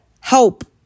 help